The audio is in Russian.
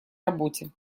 работе